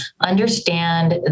understand